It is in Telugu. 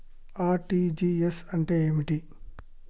ఆర్.టి.జి.ఎస్ అంటే ఏమిటి?